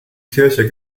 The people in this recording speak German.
kirche